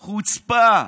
חוצפה.